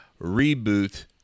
reboot